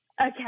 Okay